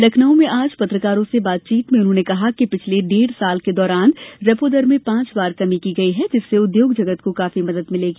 लखनऊ में आज पत्रकारों से बातचीत में उन्होंने कहा कि पिछले डेढ़ वर्ष के दौरान रेपो दर में पांच बार कमी की गई है जिससे उद्योग जगत को काफी मदद मिलेगी